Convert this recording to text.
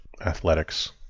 athletics